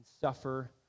suffer